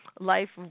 life